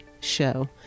show